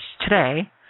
today